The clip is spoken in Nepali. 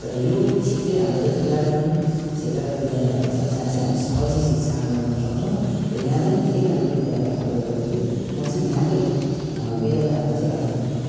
तर यो क्षेत्रीय हाम्रो जतिपनि दार्जिलिङ क्षेत्रका विद्यालयहरू छ जहाँ चाहिँ हामी सजिलै शिक्षा आर्जन गर्न सक्छौँ यहाँ पनि धेरै राम्रो विद्यालयहरू भएकोले गर्दाखेरि म चाहिँ यहाँकै विद्यालयहरूलाई चाहिँ प्राथमिकता दिन्छु